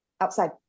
outside